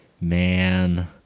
Man